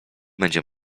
będzie